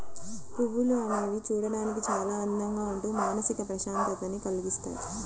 పువ్వులు అనేవి చూడడానికి చాలా అందంగా ఉంటూ మానసిక ప్రశాంతతని కల్గిస్తాయి